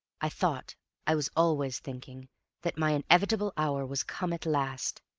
i thought i was always thinking that my inevitable hour was come at last.